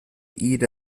eat